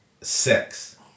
sex